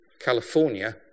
California